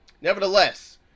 Nevertheless